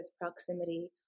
proximity